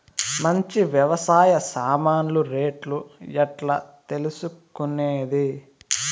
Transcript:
మంచి వ్యవసాయ సామాన్లు రేట్లు ఎట్లా తెలుసుకునేది?